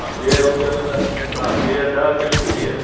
हा बीह हुजनि त बीह ॾह किलो बीह